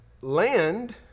land